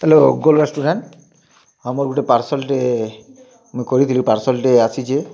hello Goal restaurant ହଁ ମୋର୍ ଗୁଟେ ପାର୍ସଲ୍ଟେ ମୁଇଁ କରିଥିଲି ପାର୍ସଲ୍ଟେ ଆସିଛେ